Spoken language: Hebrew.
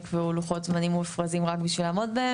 יקבעו לוחות זמנים מופרזים רק בשביל לעמוד בהם.